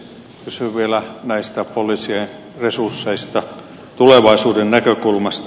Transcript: kysyn vielä näistä poliisien resursseista tulevaisuuden näkökulmasta